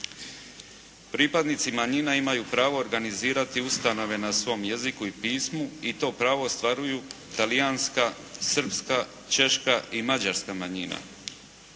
Pripadnici manjina imaju pravo organizirati ustanove na svom jeziku i pismu i to pravo ostvaruju talijanska, srpska, češka i mađarska manjina.